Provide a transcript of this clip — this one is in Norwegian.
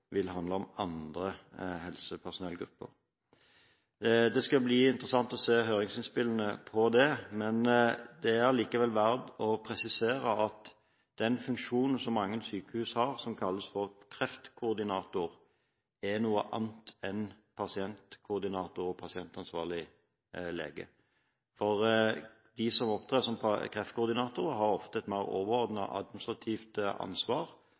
vil handle om andre helsepersonellgrupper. Det skal bli interessant å se høringsinnspillene her. Det er verdt å presisere at den funksjonen som mange sykehus har, som kalles for kreftkoordinator, er noe annet enn pasientkoordinator og pasientansvarlig lege. De som opptrer som kreftkoordinator, har ofte et mer overordnet administrativt ansvar